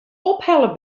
ophelle